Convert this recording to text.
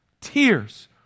Tears